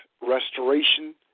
restoration